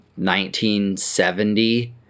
1970